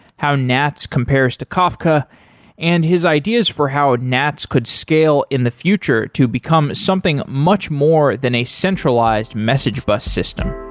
how nats compares to kafka and his ideas for how nats could scale in the future to become something much more than a centralized message bus system